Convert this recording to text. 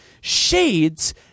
Shades